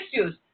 issues